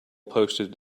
posted